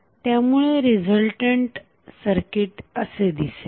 त्यामुळे resultant circuit असे दिसेल